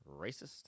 Racist